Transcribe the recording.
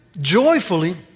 joyfully